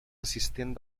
assistent